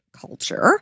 culture